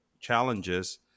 challenges